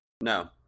No